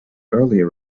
earlier